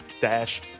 dash